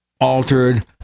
altered